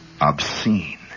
obscene